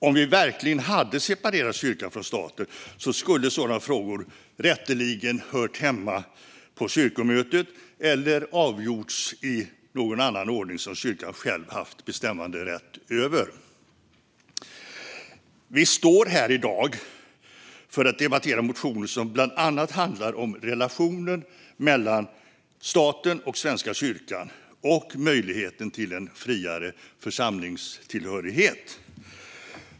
Om vi verkligen hade separerat kyrkan från staten skulle sådana frågor rätteligen hört hemma på kyrkomötet eller avgjorts i någon annan ordning som kyrkan själv haft bestämmanderätt över. Vi står här i dag för att debattera motioner som bland annat handlar om relationen mellan staten och Svenska kyrkan och möjligheten till en friare församlingstillhörighet.